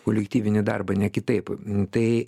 kolektyvinį darbą ne kitaip tai